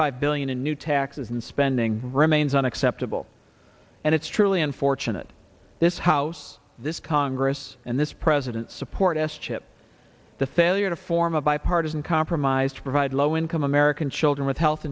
five billion in new taxes and spending remains unacceptable and it's truly unfortunate this house this congress and this president support s chip the failure to form a bipartisan compromise to provide low income american children with health